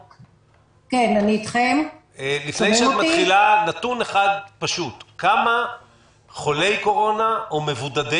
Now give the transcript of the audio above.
נתון אחד פשוט: כמה חולי קורונה או מבודדי